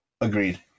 Agreed